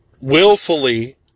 willfully